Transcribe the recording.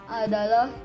adalah